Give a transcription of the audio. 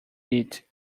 eat